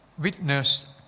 Witness